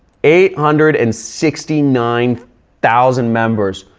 eight hundred and sixty nine thousand members.